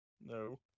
No